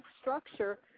structure